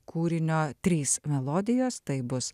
kūrinio trys melodijos tai bus